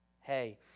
hey